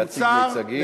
אסור להציג מוצגים.